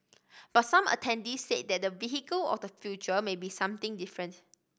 but some attendees said that the vehicle of the future may be something different